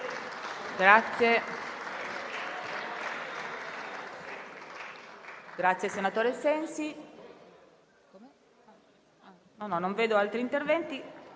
Grazie,